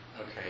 Okay